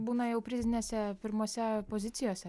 būna jau prizinėse pirmose pozicijose